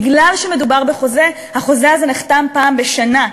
מכיוון שמדובר בחוזה, החוזה הזה נחתם פעם בשנה.